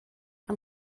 and